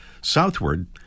southward